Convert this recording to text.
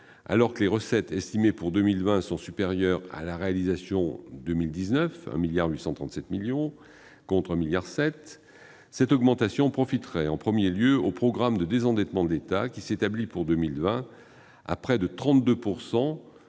Alors que les recettes estimées pour 2020 sont supérieures à la réalisation de 2019, avec 1,837 milliard d'euros contre 1,7 milliard d'euros, cette augmentation profiterait en premier lieu au programme de désendettement de l'État, qui s'établit, pour 2020, à près de 32